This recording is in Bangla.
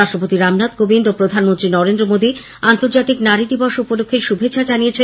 রাষ্ট্রপতি রামনাথ কোভিন্দ ও প্রধানমন্ত্রী নরেন্দ্র মোদী আন্তর্জাতিক নারী দিবস উপলক্ষে শুভেচ্ছা জানিয়েছেন